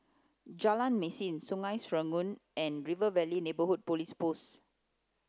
Jalan Mesin Sungei Serangoon and River Valley Neighbourhood Police Post